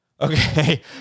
Okay